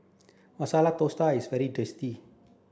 Masala Dosa is very tasty